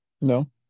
No